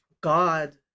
God